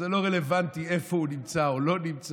אז זה לא רלוונטי איפה הוא נמצא או לא נמצא.